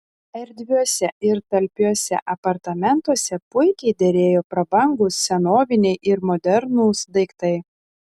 erdviuose ir talpiuose apartamentuose puikiai derėjo prabangūs senoviniai ir modernūs daiktai